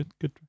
Good